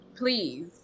please